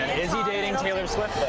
he dating taylor swift?